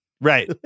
Right